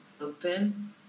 Open